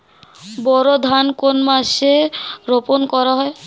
বোরো ধান কোন মাসে রোপণ করা হয়?